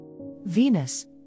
Venus